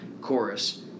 chorus